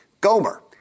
Gomer